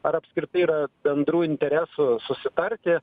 ar apskritai yra bendrų interesų susitarti